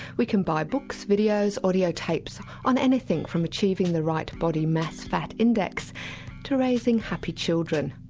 we can buy books, videos, audio-tapes on anything from achieving the right body mass fat index to raising happy children.